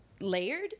layered